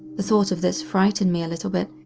the thought of this frightened me a little bit,